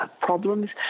problems